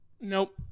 Nope